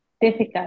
difficult